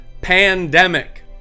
pandemic